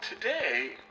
today